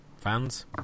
fans